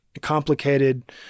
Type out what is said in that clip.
complicated